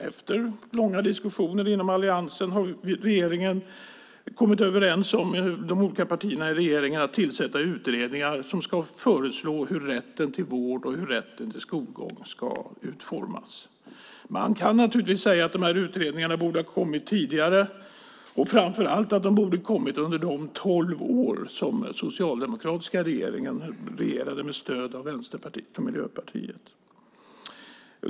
Efter långa diskussioner inom Alliansen har de olika partierna i regeringen kommit överens om att tillsätta utredningar som ska komma med förslag om hur rätten till vård och skolgång ska utformas. Man kan naturligtvis säga att de här utredningarna borde ha kommit tidigare och framför allt att de borde ha kommit under de tolv år som den socialdemokratiska regeringen regerade med stöd av Vänsterpartiet och Miljöpartiet.